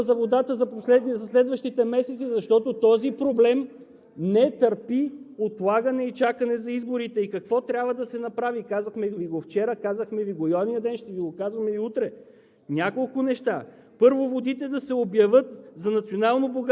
който може да се занимае и трябва да се занимае единствено с проблема за водата за следващите месеци, защото този проблем не търпи отлагане и чакане за изборите и какво трябва да се направи. Казахме Ви вчера, казахме Ви и онзи ден, ще Ви казваме и утре